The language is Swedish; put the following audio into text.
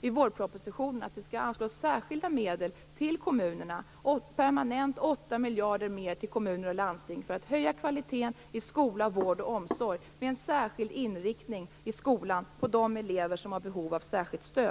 i vårpropositionen föreslagit att vi skall anslå särskilda medel till kommunerna, permanent 8 miljarder mer till kommuner och landsting för att höja kvaliteten i skola, vård och omsorg, med en särskild inriktning i skolan på de elever som har behov av särskilt stöd.